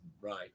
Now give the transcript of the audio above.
right